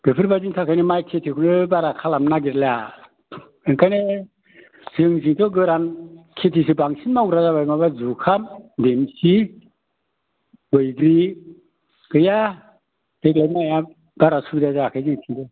बेफोरबायदिनि थाखायनो माइ खेथिखो बारा खालामनो नागिरला ओंखायनो जोंथिंथ' गोरान खेथिसो बांसिन मावग्रा जाबाय माबा जुखाम बिनथि बैग्रि गैया देग्लाय माया बारा सुबिदा जायाखै जोंथिंबो